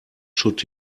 should